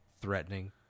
threatening